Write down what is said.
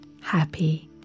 happy